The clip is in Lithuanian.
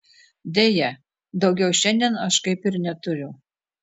deja daugiau šiandien aš kaip ir neturiu